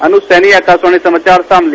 अनुज सैनी आकाशवाणी समाचार शामली